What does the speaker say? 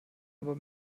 aber